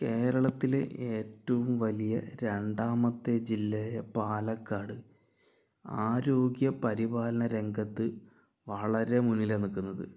കേരളത്തിലെ ഏറ്റവും വലിയ രണ്ടാമത്തെ ജില്ലയായ പാലക്കാട് ആരോഗ്യ പരിപാലന രംഗത്ത് വളരെ മുന്നിലാണ് നിൽക്കുന്നത്